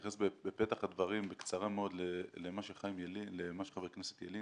בפתח הדברים אני רוצה להתייחס בקצרה מאוד למה שחבר הכנסת חיים ילין